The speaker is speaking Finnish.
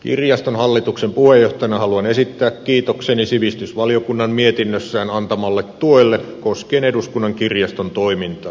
kirjaston hallituksen puheenjohtajana haluan esittää kiitokseni sivistysvaliokunnan mietinnössään antamalle tuelle koskien eduskunnan kirjaston toimintaa